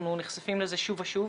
אנחנו נחשפים לזה שוב ושוב.